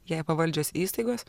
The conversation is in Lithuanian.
jai pavaldžios įstaigos